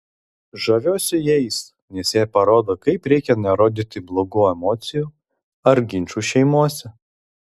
žaviuosi jais nes jie parodo kaip reikia nerodyti blogų emocijų ar ginčų šeimose